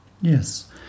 yes